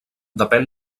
depèn